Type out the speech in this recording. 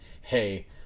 hey